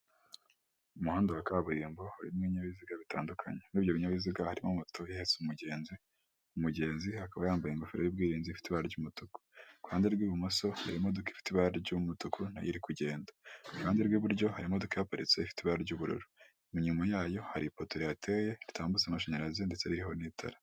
Umuhanda wa kaburimbo urimo ibinyabiziga bitandukanye, nk'ibyo binyabiziga harimo moto ihetse umugenzi ,umugenzi akaba yambaye ingofero y'ubwirinzi ifite ibara ry'umuntu ,ku ruhande rw'ibumoso hari imodoka ifite ibara ry'umutuku nayo iri kugenda. Iruhande rw'iburyo hari imodoka ihaparitse ifite ibara ry'ubururu , inyuma yayo hari ipoto rihateye ritambutsa amashanyarazi ndetse ririho n'itara.